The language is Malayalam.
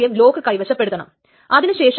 അതിനെ തോമസസ് റൈറ്റ് നിയമത്തിൽ ആണ് അനുവദിക്കുന്നത്